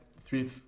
three